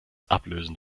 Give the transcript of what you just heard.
ablösen